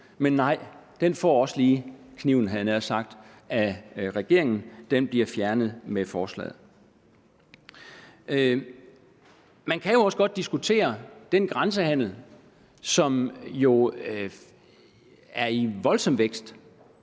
men nej, den får også lige kniven, havde jeg nær sagt, af regeringen. Den bliver fjernet af forslaget. Man kan jo også godt diskutere den grænsehandel, som er i voldsom vækst,